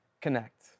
connect